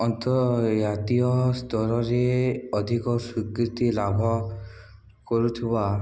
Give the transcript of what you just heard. ଅନ୍ତର୍ଜାତୀୟ ସ୍ତରରେ ଅଧିକ ସ୍ୱୀକୃତି ଲାଭ କରୁଥିବା